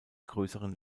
größeren